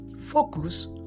focus